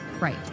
Right